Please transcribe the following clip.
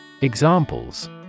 Examples